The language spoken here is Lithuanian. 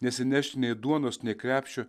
nesinešti nei duonos nei krepšio